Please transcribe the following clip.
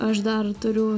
aš dar turiu